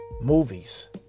movies